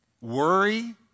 worry